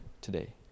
today